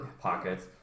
pockets